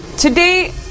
Today